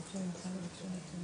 אם לא מגיעים למי שנמצא ברשימת